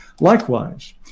Likewise